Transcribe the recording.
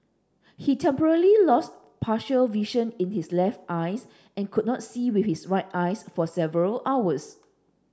he temporarily lost partial vision in his left eyes and could not see with his right eyes for several hours